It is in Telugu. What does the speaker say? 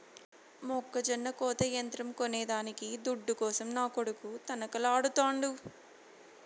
మొక్కజొన్న కోత యంత్రం కొనేదానికి దుడ్డు కోసం నా కొడుకు తనకలాడుతాండు